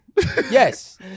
Yes